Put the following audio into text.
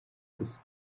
gusa